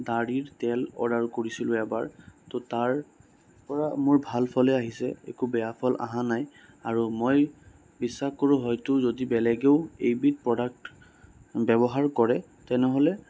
দাড়িৰ তেল অৰ্ডাৰ কৰিছিলোঁ এবাৰ তো তাৰ পৰা মোৰ ভাল ফলে আহিছে একো বেয়া ফল অহা নাই আৰু মই বিশ্বাস কৰোঁ হয়তো যদি বেলেগেও এইবিধ প্ৰডাক্ট ব্যৱহাৰ কৰে তেনেহ'লে